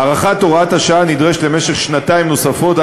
הארכת הוראת השעה נדרשת למשך שנתיים נוספות,